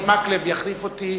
מקלב יחליף אותי.